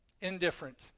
indifferent